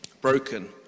broken